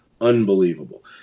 unbelievable